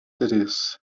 três